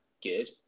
good